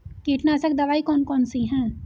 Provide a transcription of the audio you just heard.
कीटनाशक दवाई कौन कौन सी हैं?